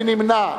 מי נמנע?